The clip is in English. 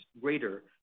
greater